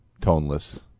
Toneless